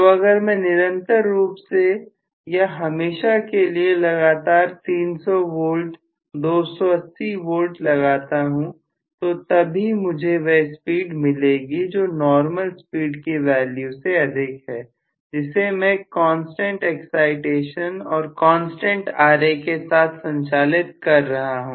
तो अगर मैं निरंतर रूप से या हमेशा के लिए लगातार 300V 280V लगाता हूं तो तभी मुझे वह स्पीड मिलेगी जो नॉर्मल स्पीड की वैल्यू से अधिक है जिसे मैं कांस्टेंट एक्साइटेशन और कांस्टेंट Ra के साथ संचालित कर सकता हूं